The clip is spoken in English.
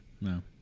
No